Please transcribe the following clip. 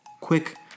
Quick